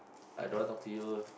I don't want talk to you